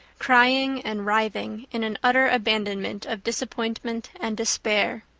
crying and writhing in an utter abandonment of disappointment and despair.